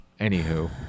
Anywho